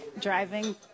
driving